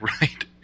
right